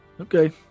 Okay